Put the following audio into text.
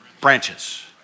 branches